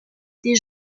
des